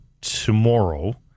tomorrow